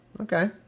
Okay